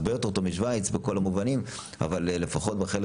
הרבה יותר טוב משווייץ בכל המובנים; אבל לפחות החלק